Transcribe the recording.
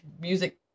music